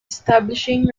establishing